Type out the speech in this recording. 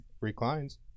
reclines